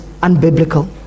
unbiblical